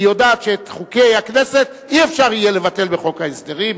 כי היא יודעת שאת חוקי הכנסת לא יהיה אפשר לבטל בחוק ההסדרים,